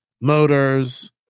motors